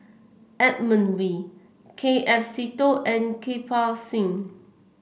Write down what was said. Edmund Wee K F Seetoh and Kirpal Singh